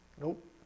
nope